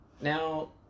Now